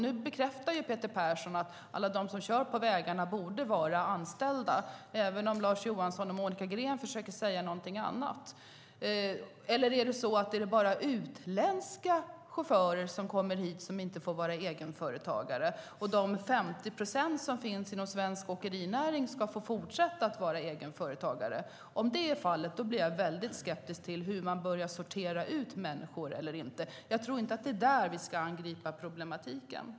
Nu bekräftar Peter Persson att alla som kör på vägarna borde vara anställda, även om Lars Johansson och Monica Green försöker säga någonting annat. Eller är det så att bara utländska chaufförer som kommer hit inte ska få vara egenföretagare och att de 50 procent som finns inom svensk åkerinäring ska få fortsätta att vara egenföretagare? Om det är fallet blir jag mycket skeptisk till hur man börjar sortera ut människor. Jag tror inte att det är där vi ska angripa problematiken.